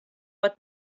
what